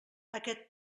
aquest